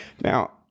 Now